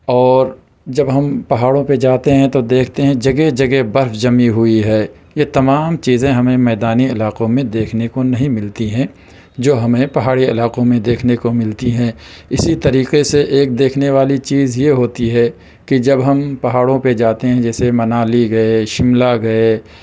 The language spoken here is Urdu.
اور جب ہم پہاڑوں پہ جاتے ہیں تو دیکھتے ہیں کہ جگہ جگہ برف جمی ہوئی ہے یہ تمام چیزیں ہمیں میدانی علاقوں میں دیکھنے کو نہیں ملتی ہیں جو ہمیں پہاڑی علاقوں میں دیکھنے کو ملتی ہیں اسی طریقے سے ایک دیکھنے والی چیز یہ ہوتی ہے کہ جب ہم پہاڑوں پہ جاتے ہیں جیسے منالی گئے شملہ گئے